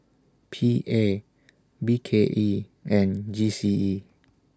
P A B K E and G C E